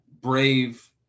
brave